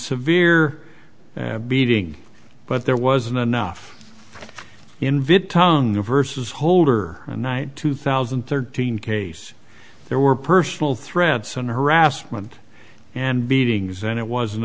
severe beating but there wasn't enough invid tung versus holder and night two thousand and thirteen case there were personal threats and harassment and beatings and it wasn't